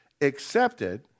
accepted